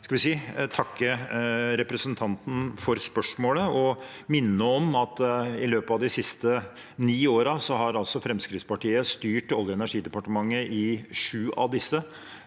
takke representanten for spørsmålet og minne om at i løpet av de siste ni årene har altså Fremskrittspartiet styrt Olje- og energidepartementet i sju av disse,